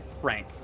Frank